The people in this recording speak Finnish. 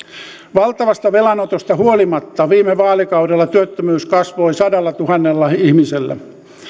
valtavasta velanotosta huolimatta viime vaalikaudella työttömyys kasvoi sadallatuhannella ihmisellä